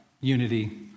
unity